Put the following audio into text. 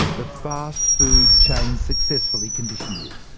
the fast-food chains successfully condition you.